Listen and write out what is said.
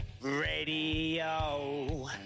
radio